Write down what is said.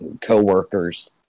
co-workers